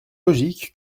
logique